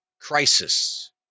crisis